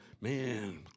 man